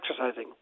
exercising